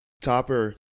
Topper